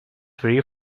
free